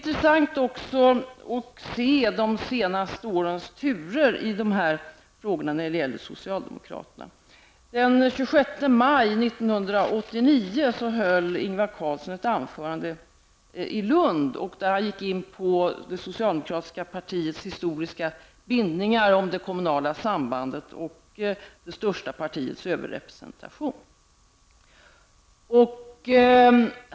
Det är också intressant att se socialdemokraternas turer i de här frågorna under de senaste åren. Den Lund där han gick in på det socialdemokratiska partiets historiska bindningar, det kommunala sambandet och det största partiets överrepresentation.